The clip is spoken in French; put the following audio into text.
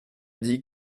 dit